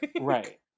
Right